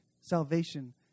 Salvation